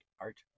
Art